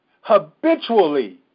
habitually